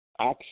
Action